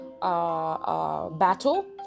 battle